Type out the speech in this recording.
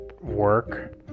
work